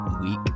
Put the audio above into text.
week